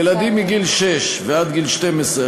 ילדים מגיל שש עד גיל 12,